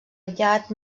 aviat